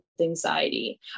anxiety